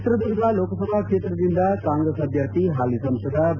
ಚಿತ್ರದುರ್ಗ ಲೋಕಸಭಾ ಕ್ಷೇತ್ರದಿಂದ ಕಾಂಗ್ರೆಸ್ ಅಭ್ಯರ್ಥಿ ಹಾಲಿ ಸಂಸದ ಬಿ